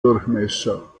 durchmesser